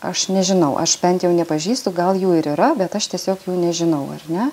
aš nežinau aš bent jau nepažįstu gal jų ir yra bet aš tiesiog jų nežinau ar ne